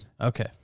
Okay